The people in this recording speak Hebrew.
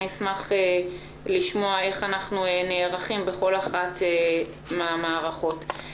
אשמח לשמוע איך אנחנו נערכים בכל אחת מן המערכות.